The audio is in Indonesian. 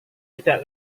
tidak